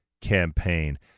campaign